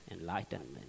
enlightenment